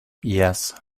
yes